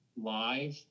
live